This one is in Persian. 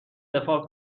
دفاع